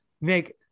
make